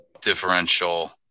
differential